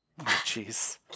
jeez